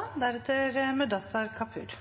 høye eiendomspriser er